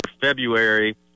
February